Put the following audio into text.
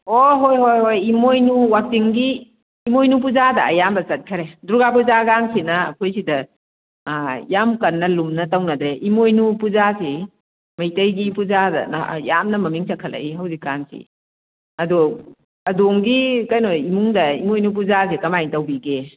ꯑꯣ ꯍꯣꯏ ꯍꯣꯏ ꯍꯣꯏ ꯏꯃꯣꯏꯅꯨ ꯋꯥꯛꯆꯤꯡꯒꯤ ꯏꯃꯣꯏꯅꯨ ꯄꯨꯖꯥꯗ ꯑꯌꯥꯝꯕ ꯆꯠꯈꯔꯦ ꯗꯨꯔꯒꯥ ꯄꯨꯖꯥꯒꯁꯤꯅ ꯑꯩꯈꯣꯏ ꯁꯤꯗ ꯌꯥꯝ ꯀꯟꯅ ꯂꯨꯝꯅ ꯇꯧꯅꯗ꯭ꯔꯦ ꯏꯃꯣꯏꯅꯨ ꯄꯨꯖꯥꯁꯤ ꯃꯩꯇꯩꯒꯤ ꯄꯨꯖꯥꯗ ꯌꯥꯝꯅ ꯃꯃꯤꯡ ꯆꯠꯈꯠꯂꯛꯏ ꯍꯧꯖꯤꯛ ꯀꯥꯟꯁꯤ ꯑꯗꯣ ꯑꯗꯣꯝꯒꯤ ꯛꯩꯅꯣ ꯏꯃꯨꯡꯗ ꯏꯃꯣꯏꯅꯨ ꯄꯨꯖꯥꯁꯤ ꯀꯃꯥꯏꯅ ꯇꯧꯕꯤꯒꯦ